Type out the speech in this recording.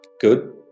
good